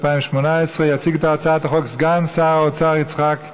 התשע"ח 2018. יציג את הצעת החוק סגן שר האוצר יצחק כהן,